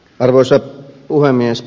arvoisa puhemies